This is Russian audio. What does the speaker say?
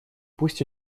пусть